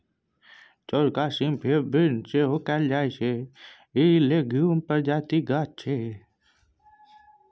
चौरका सीम केँ फेब बीन सेहो कहल जाइ छै इ लेग्युम प्रजातिक गाछ छै